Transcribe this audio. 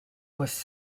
was